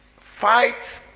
Fight